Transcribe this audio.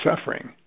suffering